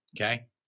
Okay